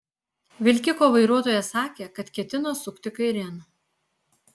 vilkiko vairuotojas sakė kad ketino sukti kairėn